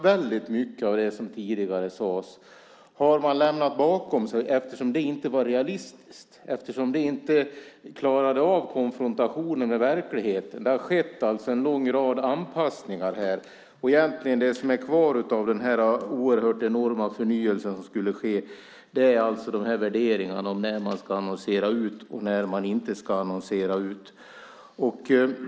Väldigt mycket av det som tidigare sades har man lämnat bakom sig eftersom det inte var realistiskt och eftersom det inte klarade av konfrontationen med verkligheten. Det har alltså skett en lång rad anpassningar, och det som egentligen är kvar av den här oerhört enorma förnyelsen som skulle ske är de här värderingarna om när man ska annonsera ut och när man inte ska annonsera ut.